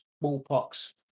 smallpox